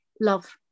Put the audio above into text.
love